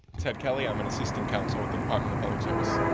ted kelly, i'm an assistant counsel at the department of public service.